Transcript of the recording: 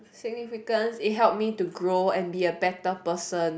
significant it help me to grow and be a better person